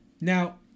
Now